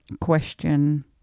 question